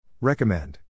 Recommend